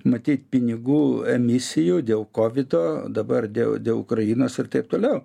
matyt pinigų emisijų dėl kovido dabar dėl dėl ukrainos ir taip toliau